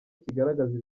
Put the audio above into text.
kigaragaza